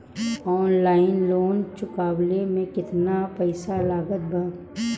Online loan चुकवले मे केतना पईसा लागत बा?